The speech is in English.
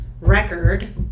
record